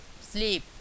sleep